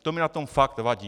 To mi na tom fakt vadí.